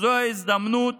זו ההזדמנות